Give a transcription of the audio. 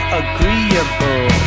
agreeable